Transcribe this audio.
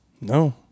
No